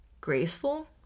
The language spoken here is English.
graceful